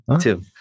Two